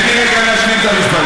תן לי רגע להשלים את המשפט.